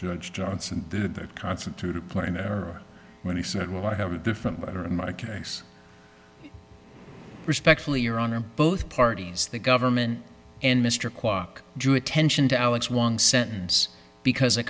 judge johnson did that constitute a plain error when he said well i have a different letter in my case respectfully your honor both parties the government and mr kwok drew attention to alex one sentence because a